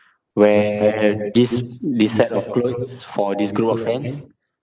wear this this set of clothes for this group of friends